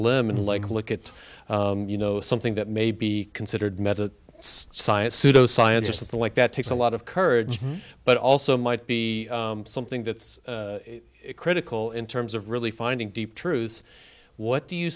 limb and like look at you know something that may be considered medical science pseudo science or something like that takes a lot of courage but also might be something that's critical in terms of really finding deep truths what do you